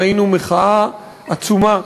ראינו מחאה עצומה,